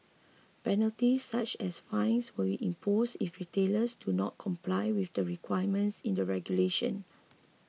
penalties such as fines will be imposed if retailers do not comply with the requirements in the regulation